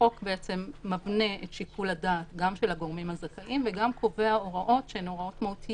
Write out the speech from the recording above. החוק מבנה את שיקול הדעת גם של הגורמים הזכאים וגם קובע הוראות מהותיות